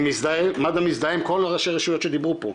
מד"א מזדהה עם כל ראשי הרשויות שדיברו פה,